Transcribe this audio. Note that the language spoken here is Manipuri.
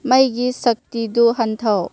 ꯃꯩꯒꯤ ꯁꯛꯇꯤꯗꯨ ꯍꯟꯊꯧ